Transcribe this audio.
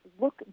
look